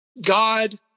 God